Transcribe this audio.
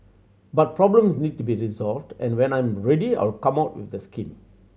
but problems need to be resolved and when I am ready I will come out with the scheme